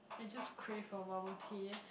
I just crave for bubble tea